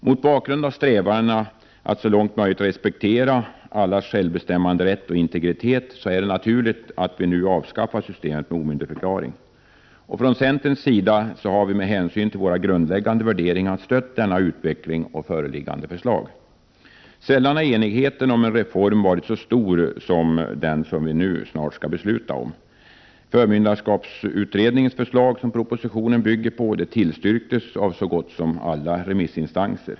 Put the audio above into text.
Mot bakgrund av strävandena att så långt som möjligt respektera allas självbestämmanderätt och integritet är det naturligt att vi nu avskaffar systemet med omyndigförklaring. Från centerns sida har vi med hänsyn till våra grundläggande värderingar stött denna utveckling och föreliggande förslag. Sällan har enigheten om en reform varit så stor som när det gäller den fråga som vi nu snart skall fatta beslut om. Förmyndarskapsutredningens förslag, som propositionen bygger på, tillstyrktes av så gott som samtliga remissinstanser.